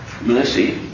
mercy